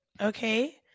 Okay